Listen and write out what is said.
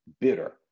bitter